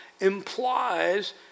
implies